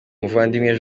muvandimwe